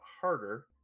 harder